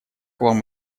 вам